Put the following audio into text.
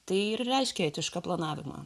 tai ir reiškia etišką planavimą